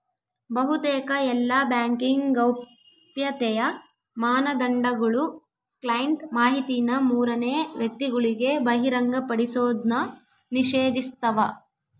ಬಹುತೇಕ ಎಲ್ಲಾ ಬ್ಯಾಂಕಿಂಗ್ ಗೌಪ್ಯತೆಯ ಮಾನದಂಡಗುಳು ಕ್ಲೈಂಟ್ ಮಾಹಿತಿನ ಮೂರನೇ ವ್ಯಕ್ತಿಗುಳಿಗೆ ಬಹಿರಂಗಪಡಿಸೋದ್ನ ನಿಷೇಧಿಸ್ತವ